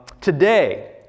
Today